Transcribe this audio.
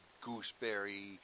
gooseberry